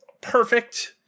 perfect